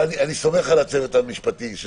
אבל אני סומך על הצוות המשפטי.